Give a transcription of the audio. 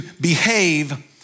behave